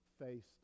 faced